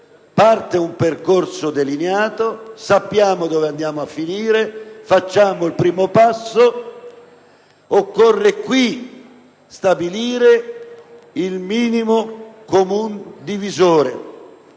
parte un percorso delineato, sappiamo dove andiamo a finire, facciamo il primo passo. Occorre qui stabilire il massimo comune divisore,